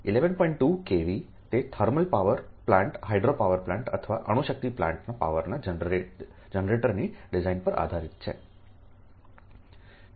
2 kV તે thermal power plant hydro power plant અથવા અણુશક્તિ પ્લાન્ટમાં પાવરના જનરેટરની ડિઝાઇન પર આધારિત છે